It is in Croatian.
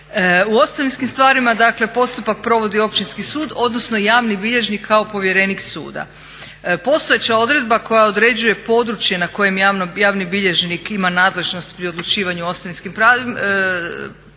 U ostavinskim stvarima dakle postupak provodi Općinski sud odnosno javni bilježnik kao povjerenik suda. Postojeća odredba koja određuje područje na kojem javni bilježnik ima nadležnost pri odlučivanju o ostavinskim postupcima